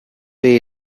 way